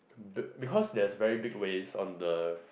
b~ because there is very big waves on the